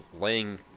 laying